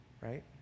Right